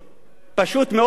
פשוט מאוד קושרים,